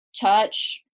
touch